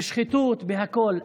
שחיתות, בהכול.